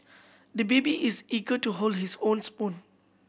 the baby is eager to hold his own spoon